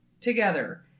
together